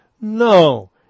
No